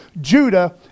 Judah